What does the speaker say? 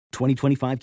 2025